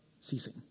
ceasing